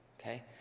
Okay